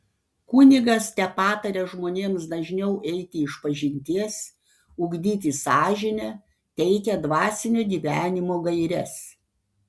kunigas tepataria žmonėms dažniau eiti išpažinties ugdyti sąžinę teikia dvasinio gyvenimo gaires